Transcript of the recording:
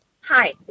Hi